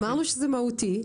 אמרנו שזה מהותי,